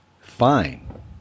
Fine